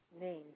name